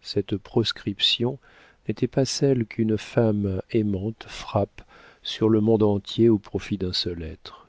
cette proscription n'était pas celle qu'une femme aimante frappe sur le monde entier au profit d'un seul être